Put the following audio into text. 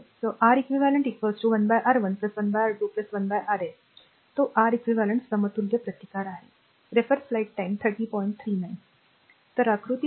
तर 1 R eq 1 R1 1 R2 1 Rn तर तो R eq समतुल्य प्रतिकार आहे तर आकृती २